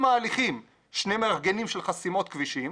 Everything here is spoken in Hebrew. ההליכים שני מארגנים של חסימות כבישים,